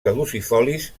caducifolis